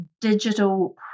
digital